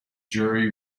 jerry